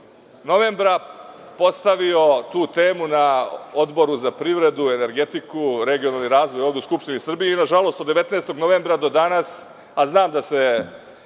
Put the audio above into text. novembra postavio sam tu temu na Odboru za privredu, energetiku i regionalni razvoj ovde u Skupštini Srbije. Nažalost, od 19. novembra do danas, a znam da se